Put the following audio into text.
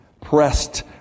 pressed